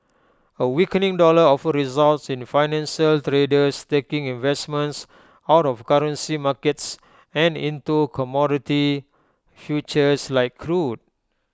A weakening dollar often results in financial traders taking investments out of currency markets and into commodity futures like crude